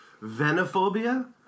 Venophobia